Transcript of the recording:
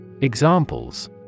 Examples